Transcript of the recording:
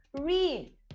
Read